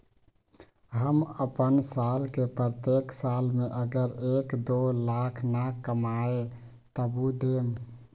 हम अपन साल के प्रत्येक साल मे अगर एक, दो लाख न कमाये तवु देम?